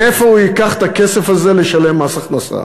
מאיפה הוא ייקח את הכסף הזה לשלם מס הכנסה?